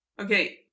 okay